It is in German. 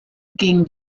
gegen